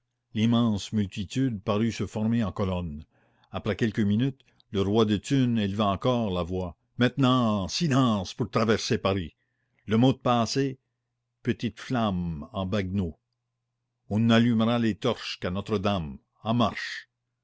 l'immense multitude parut se former en colonne après quelques minutes le roi de thunes éleva encore la voix maintenant silence pour traverser paris le mot de passe est petite flambe en baguenaud on n'allumera les torches qu'à notre-dame en marche